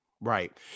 Right